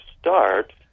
start